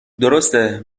درسته